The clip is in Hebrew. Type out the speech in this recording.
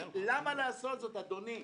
למה לעשות זאת, אדוני?